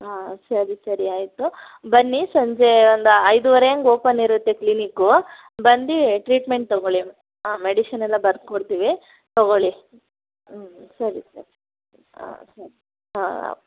ಹಾಂ ಸರಿ ಸರಿ ಆಯಿತು ಬನ್ನಿ ಸಂಜೆ ಒಂದು ಐದೂವರೆ ಹಂಗ್ ಓಪನ್ ಇರುತ್ತೆ ಕ್ಲಿನಿಕು ಬಂದು ಟ್ರೀಟ್ಮೆಂಟ್ ತಗೊಳ್ಳಿ ಹಾಂ ಮೆಡಿಶನ್ ಎಲ್ಲ ಬರ್ದು ಕೊಡ್ತೀವಿ ತಗೊಳ್ಳಿ ಹ್ಞೂ ಸರಿ ಸರಿ ಹಾಂ ಸರಿ ಹಾಂ ಓಕೆ